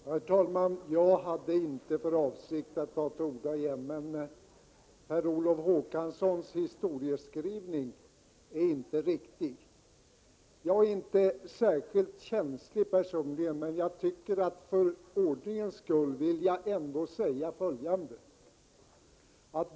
Herr talman! Jag hade inte för avsikt att ta till orda igen. Per Olof Håkanssons historieskrivning är emellertid inte riktig. Jag är inte särskilt känslig personligen, men för ordningens skull vill jag ändå säga följande.